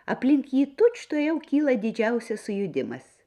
aplink jį tučtuojau kyla didžiausias sujudimas